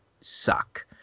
suck